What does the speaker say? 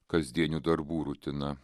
kasdienių darbų rutina